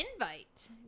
invite